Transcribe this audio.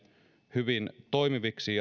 hyvin toimiviksi